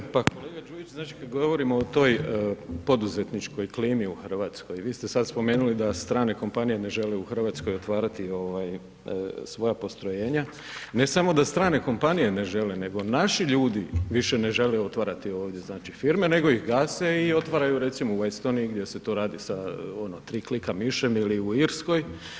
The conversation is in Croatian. Zahvaljujem, pa kolega Đujić znači kad govorimo o toj poduzetničkoj klimi u Hrvatskoj, vi ste sad spomenuli da strane kompanije ne žele u Hrvatskoj otvarati ovaj svoja postrojenja, ne samo da strane kompanije ne žele, nego naši ljudi više ne žele otvarati ovdje znači firme nego ih gase i otvaraju recimo u Estoniji gdje se to radi sa ono 3 klika mišem ili u Irskoj.